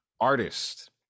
artist